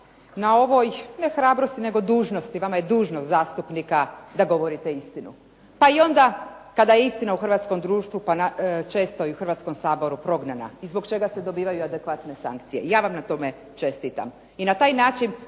na ovoj ne hrabrosti, nego dužnosti, vama je dužnost zastupnika da govorite istinu. Pa i onda kada je istina u hrvatskom društvu, a često i u Hrvatskom saboru prognana i zbog čega se dobivaju adekvatne sankcija. Ja vam na tome čestitam. I na taj način